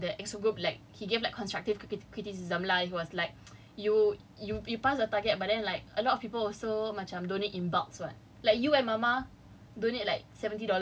uh members in that EXCO group like he gave like constructive criticism lah he was like you you pass the target but then like a lot of people also macam donate in bulks [what] like you and mama